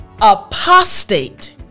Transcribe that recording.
apostate